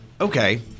Okay